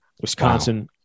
Wisconsin